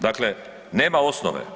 Dakle, nema osnove.